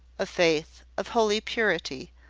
of faith, of holy purity,